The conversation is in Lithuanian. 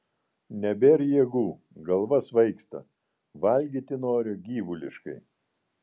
nebėr jėgų galva svaigsta valgyti noriu gyvuliškai